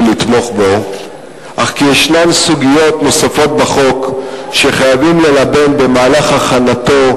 לתמוך בו אף כי יש בה סוגיות נוספות שחייבים ללבן במהלך הכנתה,